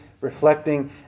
reflecting